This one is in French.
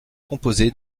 composé